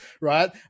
right